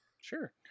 sure